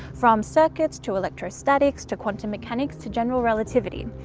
from circuits to electrostatics to quantum mechanics to general relativity.